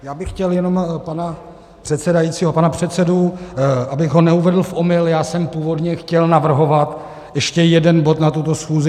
Já bych chtěl jenom pana předsedajícího, pana předsedu, abych ho neuvedl v omyl, já jsem původně chtěl navrhovat ještě jeden bod na tuto schůzi.